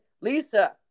Lisa